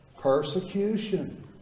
persecution